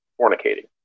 fornicating